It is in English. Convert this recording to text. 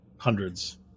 Hundreds